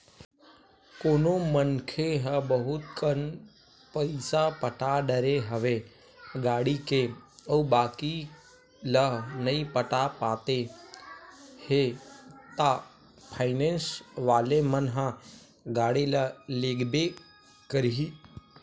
कोनो मनखे ह बहुत कन पइसा पटा डरे हवे गाड़ी के अउ बाकी ल नइ पटा पाते हे ता फायनेंस वाले मन ह गाड़ी ल लेगबे करही